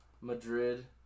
Madrid